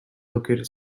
located